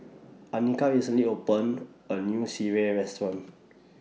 Anika recently opened A New Sireh Restaurant